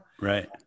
Right